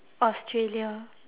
australia